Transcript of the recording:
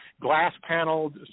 glass-paneled